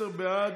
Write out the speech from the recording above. עשרה בעד,